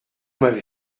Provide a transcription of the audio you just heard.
m’avez